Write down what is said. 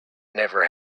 never